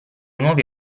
nuovi